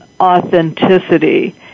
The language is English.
authenticity